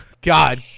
God